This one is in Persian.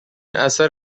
اثر